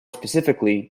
specifically